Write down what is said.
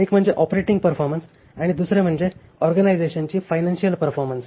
एक म्हणजे operating performance आणि दुसरे म्हणजे ऑर्गनायझेशनची फायनान्शियल परफॉरमन्स